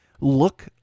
look